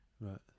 right